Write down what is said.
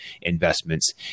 investments